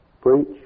Preach